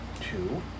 Two